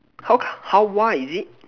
how co~ how wild is it